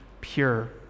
pure